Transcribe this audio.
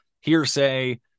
hearsay